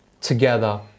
together